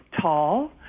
tall